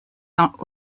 not